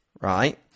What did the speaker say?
right